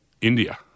India